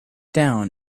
down